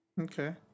Okay